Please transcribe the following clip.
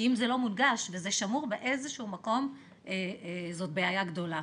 כי אם זה לא מונגש וזה שמור באיזה שהוא מקום זאת בעיה גדולה.